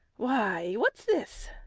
why, what's this?